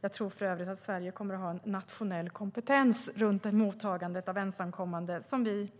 Jag tror för övrigt att Sverige kommer att ha en nationell kompetens i mottagandet av ensamkommande som vi